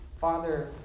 Father